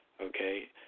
Okay